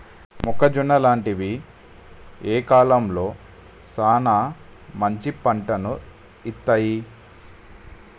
మొక్కజొన్న లాంటివి ఏ కాలంలో సానా మంచి పంటను ఇత్తయ్?